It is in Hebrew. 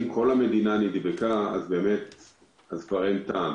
אם כל המדינה נדבקה אז כבר אין טעם.